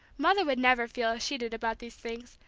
mother would never feel as she did about these things,